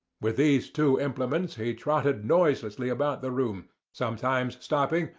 with these two implements he trotted noiselessly about the room, sometimes stopping,